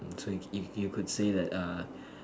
so if if you could say that ah